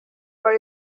for